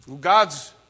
God's